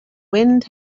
wind